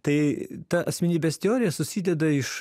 tai ta asmenybės teorija susideda iš